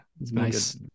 nice